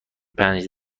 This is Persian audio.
پنج